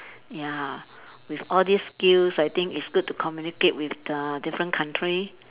ya with all these skills I think it's good to communicate with the different country